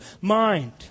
mind